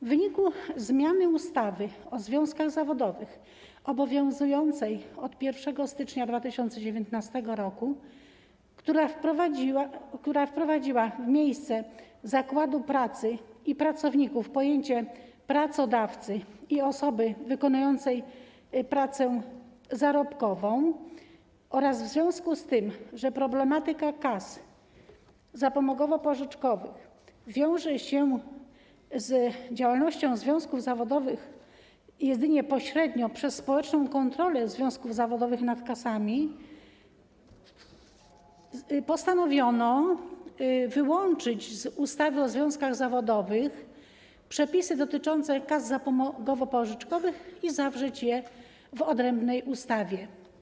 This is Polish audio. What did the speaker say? W wyniku zmiany ustawy o związkach zawodowych obowiązującej od 1 stycznia 2019 r., która wprowadziła w miejsce zakładu pracy i pracowników pojęcie pracodawcy i osoby wykonującej pracę zarobkową, oraz w związku z tym, że problematyka kas zapomogowo-pożyczkowych wiąże się z działalnością związków zawodowych jedynie pośrednio przez społeczną kontrolę związków zawodowych nad kasami, postanowiono wyłączyć z ustawy o związkach zawodowych przepisy dotyczące kas zapomogowo-pożyczkowych i zawrzeć je w odrębnej ustawie.